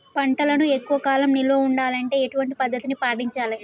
పంటలను ఎక్కువ కాలం నిల్వ ఉండాలంటే ఎటువంటి పద్ధతిని పాటించాలే?